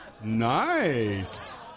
nice